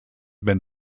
been